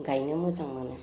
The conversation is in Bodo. गायनो मोजां मोनो